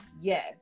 yes